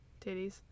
Titties